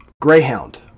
Greyhound